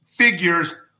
figures